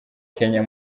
kenya